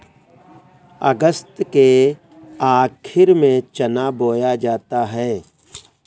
अगस्त के आखिर में चना बोया जाता है